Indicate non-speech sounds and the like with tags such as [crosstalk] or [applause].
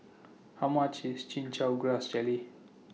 [noise] How much IS Chin Chow Grass Jelly